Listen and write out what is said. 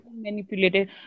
manipulated